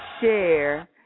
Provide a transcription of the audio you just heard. share